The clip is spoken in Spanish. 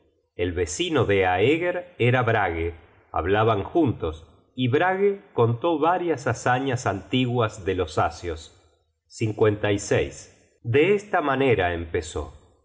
el vecino de aegerera brage hablaban juntos y brage contó varias hazañas antiguas de los asios content from google book search generated at de esta manera empezó